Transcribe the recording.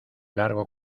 largo